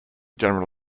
general